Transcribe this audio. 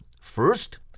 First